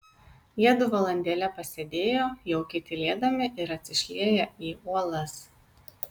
jiedu valandėlę pasėdėjo jaukiai tylėdami ir atsišlieję į uolas